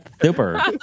Super